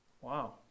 Wow